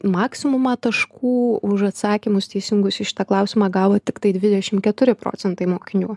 maksimumą taškų už atsakymus teisingus į šitą klausimą gavo tiktai dvidešim keturi procentai mokinių